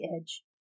edge